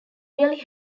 really